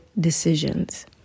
decisions